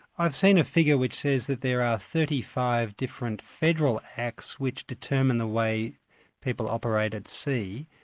i've seen a figure which says that there are thirty five different federal acts which determine the way people operate at sea.